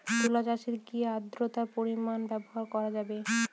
তুলা চাষে কি আদ্রর্তার পরিমাণ ব্যবহার করা যাবে?